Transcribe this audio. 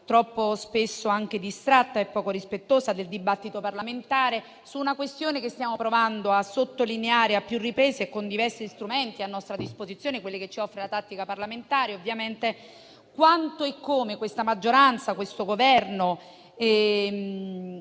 troppo spesso distratta e poco rispettosa del dibattito parlamentare, su una questione che stiamo provando a sottolineare a più riprese e con i diversi strumenti che ci offre la tattica parlamentare, ossia quanto e come questa maggioranza, questo Governo